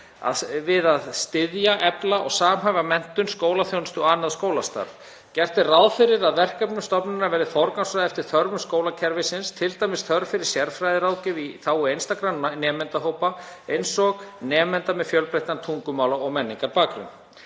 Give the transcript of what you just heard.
að styðja, efla og samhæfa menntun, skólaþjónustu og annað skólastarf. Gert er ráð fyrir að verkefnum stofnunarinnar verði forgangsraðað eftir þörfum skólakerfisins, t.d. þörf fyrir sérfræðiráðgjöf í þágu einstakra nemendahópa, eins og nemenda með fjölbreyttan tungumála- og menningarbakgrunn.